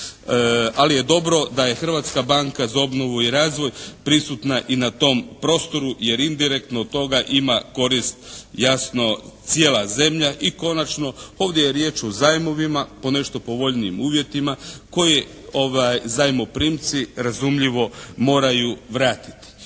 ali je dobro da je Hrvatska banka za obnovu i razvoj prisutna i na tom prostoru jer indirektno od toga ima korist jasno cijela zemlja. I konačno, ovdje je riječ o zajmovima po nešto povoljnijim uvjetima koji zajmoprimci razumljivo moraju vratiti.